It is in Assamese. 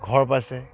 ঘৰ পাইছে